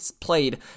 played